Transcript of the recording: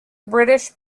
british